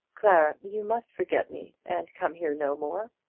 clara, you must forget me, and come here no more.